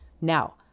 Now